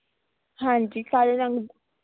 ਹਾਂਜੀ ਕਾਲੇ ਰੰਗ